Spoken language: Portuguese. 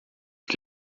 que